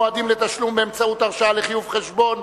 מועדים לתשלום באמצעות הרשאה לחיוב חשבון),